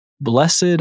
Blessed